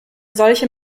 solche